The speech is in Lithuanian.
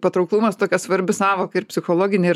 patrauklumas tokia svarbi sąvoka ir psichologinė ir